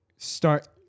Start